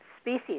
species